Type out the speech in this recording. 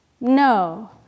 no